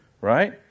right